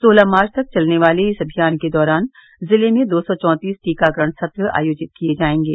सोलह मार्च तक चलने वाले इस अभियान के दौरान जिले में दो सौ चौतीस टीकाकरण सत्र आयोजित किए जाएंगे